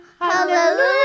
Hallelujah